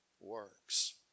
works